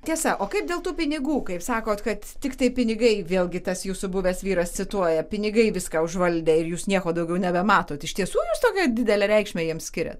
tiesa o kaip dėl tų pinigų kaip sakot kad tiktai pinigai vėlgi tas jūsų buvęs vyras cituoja pinigai viską užvaldė ir jūs nieko daugiau nebematote iš tiesų jūs tokią didelę reikšmę jiems skiriat